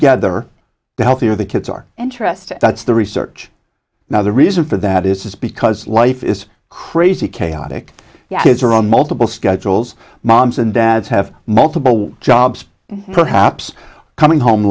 gather the healthier the kids are interested that's the research now the reason for that is because life is crazy chaotic kids are on multiple schedules moms and dads have multiple jobs perhaps coming home